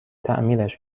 تعمیرش